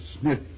Smith